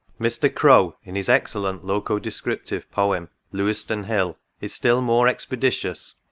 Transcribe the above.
mr. crowe, in his excellent loco-descriptive poem, lewesdon hill, is still more expeditious,